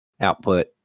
output